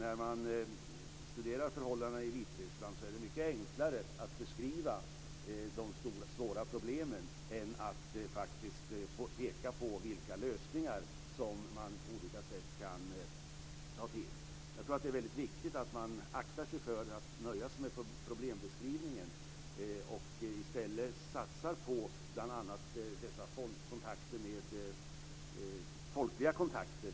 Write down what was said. När man studerar förhållandena i Vitryssland är det mycket enklare att beskriva de svåra problemen än att peka på vilka lösningar som finns. Jag tror att det är väldigt viktigt att man aktar sig för att nöja sig med problembeskrivningen och i stället bl.a. satsar på dessa folkliga kontakter.